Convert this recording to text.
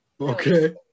Okay